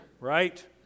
right